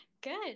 Good